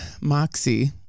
Moxie